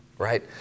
right